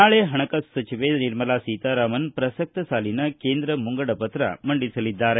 ನಾಳೆ ಪಣಕಾಸು ಸಚಿವೆ ನಿರ್ಮಲಾ ಸೀತಾರಾಮನ್ ಪ್ರಸಕ್ತ ಸಾಲಿನ ಕೇಂದ್ರ ಮುಂಗಡಪತ್ರ ಮಂಡಿಸಲಿದ್ದಾರೆ